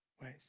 ways